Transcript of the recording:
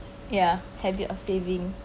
ya habit of saving